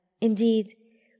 Indeed